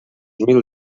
mil